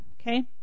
okay